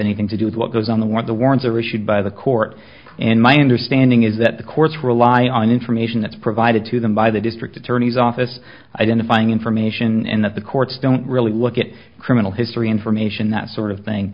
anything to do with what goes on the what the warrants are issued by the court and my understanding is that the courts rely on information that's provided to them by the district attorney's office identifying information and that the courts don't really look at criminal history information that sort of thing